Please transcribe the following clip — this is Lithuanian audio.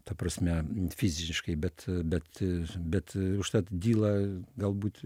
ta prasme fiziškai bet bet bet užtat dyla galbūt